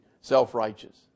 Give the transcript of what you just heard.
self-righteous